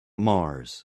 mars